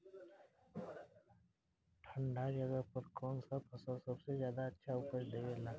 ठंढा जगह पर कौन सा फसल सबसे ज्यादा अच्छा उपज देवेला?